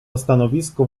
stanowisko